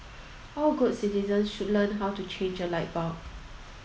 all good citizens should learn how to change a light bulb